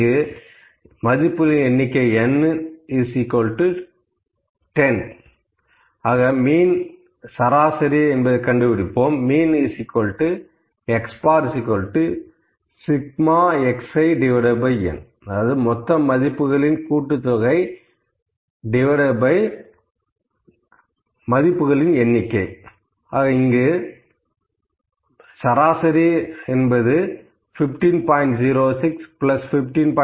இங்கு n 10 Mean X Σxin 15